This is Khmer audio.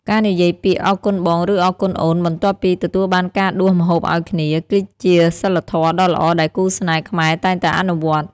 ការនិយាយពាក្យ "អរគុណបង" ឬ "អរគុណអូន" បន្ទាប់ពីទទួលបានការដួសម្ហូបឱ្យគ្នា គឺជាសីលធម៌ដ៏ល្អដែលគូស្នេហ៍ខ្មែរតែងតែអនុវត្ត។